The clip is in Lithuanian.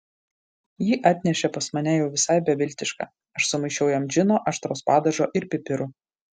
jį atnešė pas mane jau visai beviltišką aš sumaišiau jam džino aštraus padažo ir pipirų